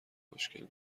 خوشگل